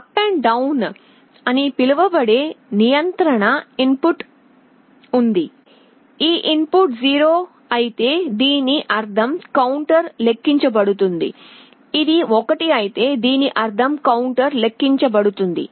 U D 'అని పిలువబడే నియంత్రణ ఇన్ పుట్ ఉంది ఈ ఇన్ పుట్ 0 అయితే దీని అర్థం కౌంటర్ లెక్కించబడుతుంది ఇది 1 అయితే దీని అర్థం కౌంటర్ లెక్కించబడుతుంది